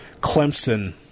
Clemson